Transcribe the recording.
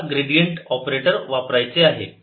आपल्याला gradient operator वापरायचे आहे